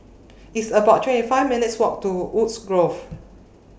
It's about twenty five minutes' Walk to Woodgrove